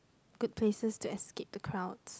good places to escape the crowds